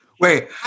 wait